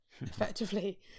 effectively